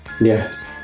yes